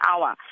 hour